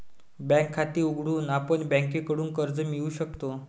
bank खाते उघडून आपण बँकेकडून कर्ज मिळवू शकतो